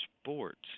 sports